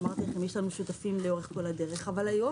היום,